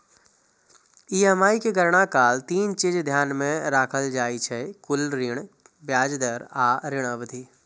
EMI के गणना काल तीन चीज ध्यान मे राखल जाइ छै, कुल ऋण, ब्याज दर आ ऋण अवधि